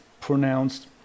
pronounced